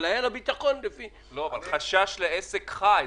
אבל היה לה ביטחון --- אבל חשש לעסק חי,